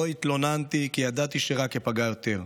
לא התלוננתי כי ידעתי שרק איפגע יותר,